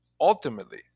Ultimately